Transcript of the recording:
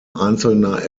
einzelner